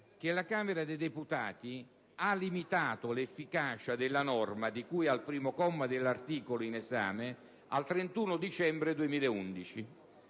che la Camera dei deputati ha limitato l'efficacia della norma di cui al primo comma dell'articolo in esame al 31 dicembre 2011.